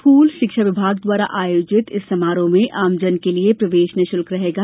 school शिक्षा विभाग द्वारा आयोजित इस समारोह में आमजन के लिये प्रवेश निशुल्क रहेगा